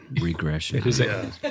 regression